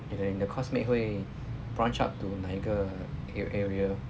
你的你的 course mate 会 branch out to 哪一个 ar~ area